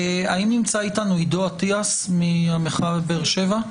האם נמצא איתנו בזום עידו אטיאס מהמחאה בבאר-שבע?